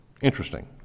Interesting